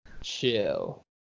Chill